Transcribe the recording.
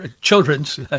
Children's